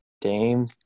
Dame